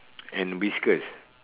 and whiskers